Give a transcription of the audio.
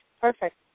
Perfect